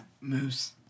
Moose